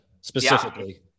specifically